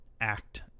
act